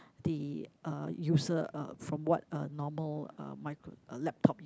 the uh user uh from what a normal uh micro laptop